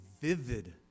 vivid